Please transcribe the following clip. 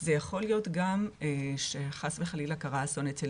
זה יכול להיות גם שחס וחלילה קרה אסון אצל